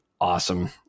awesome